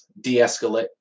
de-escalate